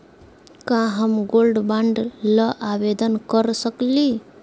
का हम gold bond ल आवेदन कर सकली?